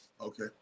Okay